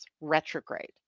retrograde